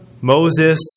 Moses